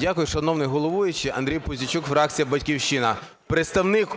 Дякую, шановний головуючий. Андрій Пузійчук, фракція "Батьківщина". Представник